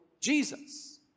Jesus